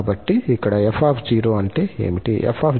కాబట్టి ఇక్కడ 𝑓 అంటే ఏమిటి